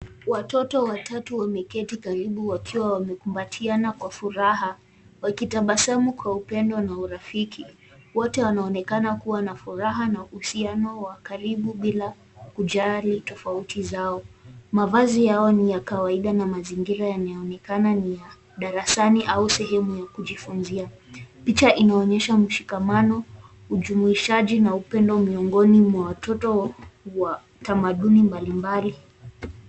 Watoto watatu wameketi karibu wakiwa wamekumbatiana kwa furaha wakitabasamu kwa upendo na urafiki. Wote wanaonekana kuwa na furaha na uhusiano wa karibu bila kujali tofauti zao. Mavazi yao ni ya kawaida na mazingira yanaonekana ni ya darasani au sehemu ya kujifunzia. Picha inaonyesha mshikamao, ujumuishaji na upendo miongini mwa watoto wa tamadubi mbalimbali.